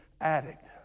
Addict